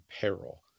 peril